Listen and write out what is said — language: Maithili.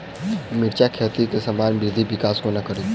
मिर्चा खेती केँ सामान्य वृद्धि विकास कोना करि?